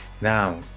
Now